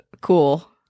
Cool